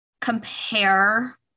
compare